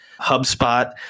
HubSpot